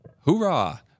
Hoorah